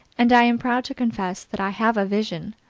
and i am proud to confess that i have a vision,